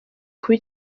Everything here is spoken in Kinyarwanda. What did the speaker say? kuba